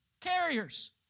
carriers